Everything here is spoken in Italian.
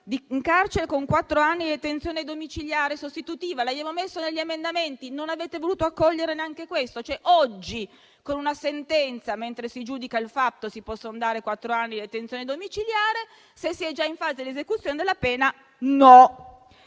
in carcere con quattro anni di detenzione domiciliare sostitutiva. L'abbiamo messo negli emendamenti, ma non avete voluto accogliere neanche questo. Oggi, mentre si giudica il fatto, si possono dare quattro anni di detenzione domiciliare; mentre, se si è già in fase di esecuzione della pena, non